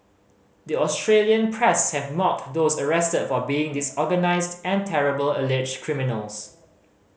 the Australian press have mocked those arrested for being disorganised and terrible alleged criminals